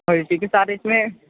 اور اِسی کے ساتھ اِس میں